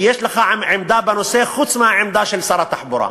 כי יש לך עמדה בנושא חוץ מהעמדה של שר התחבורה,